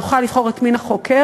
יוכל לבחור את מין החוקר,